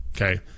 okay